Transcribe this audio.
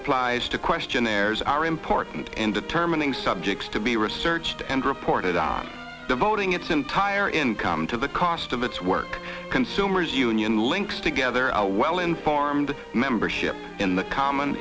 replies to questionnaires are important in determining subjects to be researched and reported on devoting its entire income to the cost of its work consumer's union links together a well informed membership in the common